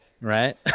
right